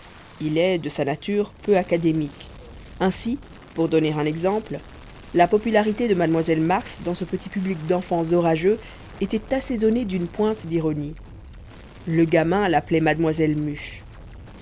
il est de sa nature peu académique ainsi pour donner un exemple la popularité de mademoiselle mars dans ce petit public d'enfants orageux était assaisonnée d'une pointe d'ironie le gamin l'appelait mademoiselle muche